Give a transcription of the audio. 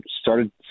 started